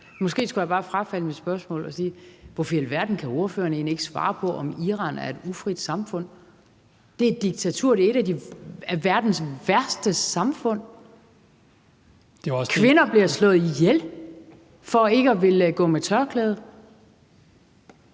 Måske skulle jeg bare frafalde mit spørgsmål og spørge: Hvorfor i alverden kan ordføreren egentlig ikke svare på, om Iran er et ufrit samfund? Det er et diktatur; det er et af verdens værste samfund. Kvinder bliver slået ihjel for ikke at ville gå med tørklæde.